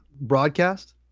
broadcast